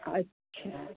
अच्छा